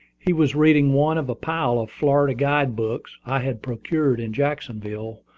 he was reading one of a pile of florida guide-books i had procured in jacksonville,